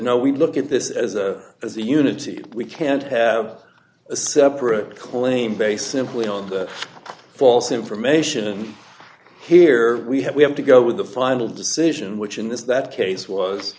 no we look at this as a as a unity we can't have a separate claim based simply on false information and here we have we have to go with the final decision which in this that case was